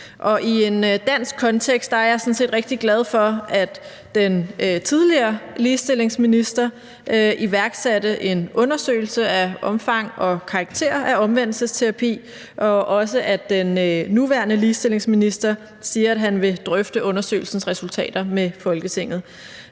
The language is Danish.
I en dansk kontekst er jeg sådan set rigtig glad for, at den tidligere ligestillingsminister iværksatte en undersøgelse af omfang og karakter af omvendelsesterapi, og at også den nuværende ligestillingsminister siger, at han vil drøfte undersøgelsens resultater med Folketinget.